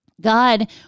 God